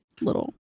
little